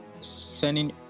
sending